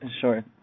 Sure